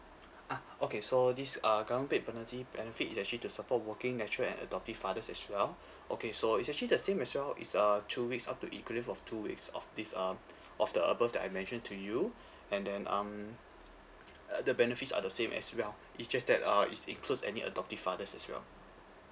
ah okay so this uh government paid paternity benefit is actually to support working actual and adoptive fathers as well okay so it's actually the same as well it's uh two weeks up to equal leave of two weeks of this um of the above that I mentioned to you and then um uh the benefits are the same as well it's just that uh it's includes any adoptive fathers as well